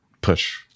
push